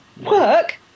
Work